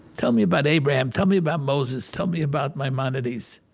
tell me about abraham. tell me about moses. tell me about maimonides.